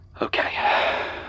Okay